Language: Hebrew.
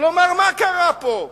מה קרה פה?